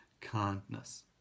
kindness